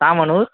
Thamanur